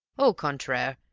au contraire,